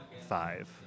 five